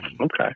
okay